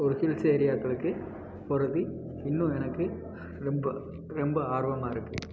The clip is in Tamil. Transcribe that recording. ஒரு ஹில்ஸ் ஏரியாக்களுக்கு போறது இன்னும் எனக்கு ரொம்ப ரொம்ப ஆர்வமாக இருக்குது